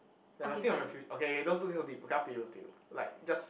ya must think of your fu~ okay okay don't think so deep okay up to you up to you like just